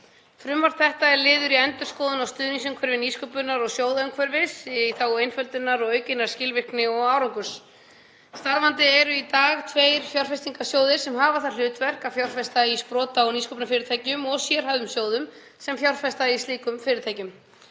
Frumvarp þetta er liður í endurskoðun á stuðningsumhverfi nýsköpunar og sjóðaumhverfis í þágu einföldunar og aukinnar skilvirkni og árangurs. Starfandi eru í dag tveir fjárfestingarsjóðir sem hafa það hlutverk að fjárfesta í sprota- og nýsköpunarfyrirtækjum og sérhæfðum sjóðum sem fjárfesta í slíkum fyrirtækjum.